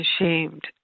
ashamed